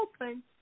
open